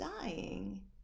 dying